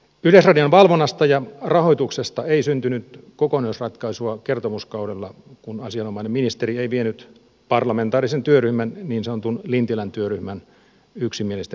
yleisradion valvonnasta ja rahoituksesta ei syntynyt kokonaisratkaisua kertomuskaudella kun asianomainen ministeri ei vienyt parlamentaarisen työryhmän niin sanotun lintilän työryhmän yksimielistä esitystä eteenpäin